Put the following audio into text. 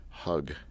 Hug